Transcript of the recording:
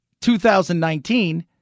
2019